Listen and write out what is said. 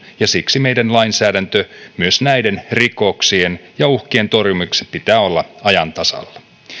ja siksi meidän lainsäädännön myös näiden rikoksien ja uhkien torjumiseksi pitää olla ajan tasalla